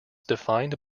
defined